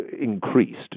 increased